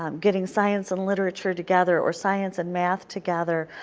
um getting science and literature together or science and math together,